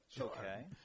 Okay